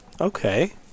Okay